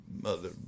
mother